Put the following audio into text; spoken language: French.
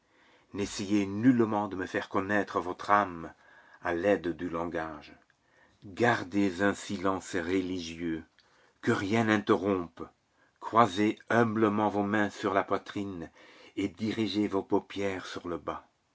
n'essayez nullement de me faire connaître votre âme à l'aide du langage gardez un silence religieux que rien n'interrompe croisez humblement vos mains sur la poitrine et dirigez vos paupières sur le bas